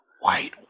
White